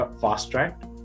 fast-tracked